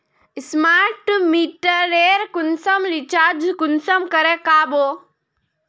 Smart मीटरेर कुंसम recharge कुंसम करे का बो?